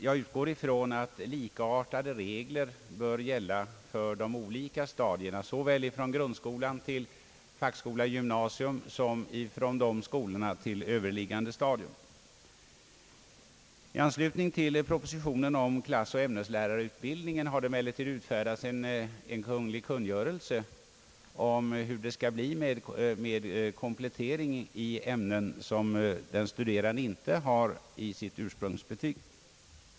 Jag utgår ifrån att likartade regler bör gälla för de olika stadierna såväl från grundskola till fackskola eller gymnasium som från dessa skolor till överliggande stadium. I anslutning till propositionen om klassoch ämneslärarutbildningen har det emellertid utfärdats en kungl. kungörelse om hur det skall bli med komplettering i ämnen, som den studerande inte har i sitt ursprungsbetyg.